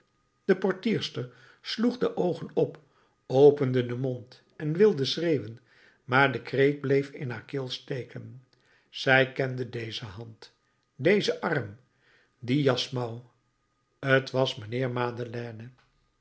de portierster sloeg de oogen op opende den mond en wilde schreeuwen maar de kreet bleef in haar keel steken zij kende deze hand dezen arm die jasmouw t was mijnheer madeleine